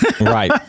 right